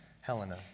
Helena